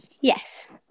Yes